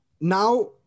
Now